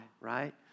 right